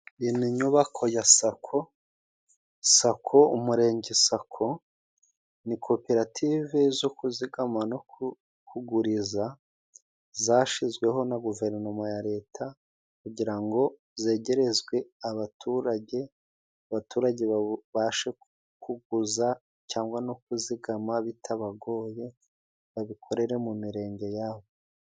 Iyi ni inyubako ya sako, sako, umurenge sako ni koperative zo kuzigama no kuguriza zashyizweho na guverinoma ya leta, kugira ngo zegerezwe abaturage, abaturage babashe kuguza cyangwa no kuzigama bitabagoye, babikorera mu mirenge ya bo.